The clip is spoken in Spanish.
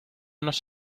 nos